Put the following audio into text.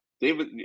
David